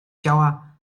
ciała